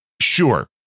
Sure